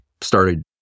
started